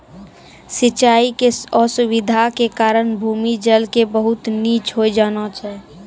सिचाई के असुविधा के कारण भूमि जल के बहुत नीचॅ होय जाना छै